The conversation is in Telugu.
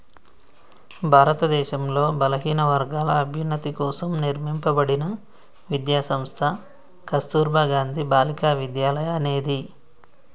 భారతదేశంలో బలహీనవర్గాల అభ్యున్నతి కోసం నిర్మింపబడిన విద్యా సంస్థ కస్తుర్బా గాంధీ బాలికా విద్యాలయ అనేది